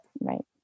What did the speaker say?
Right